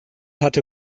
hatte